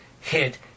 hit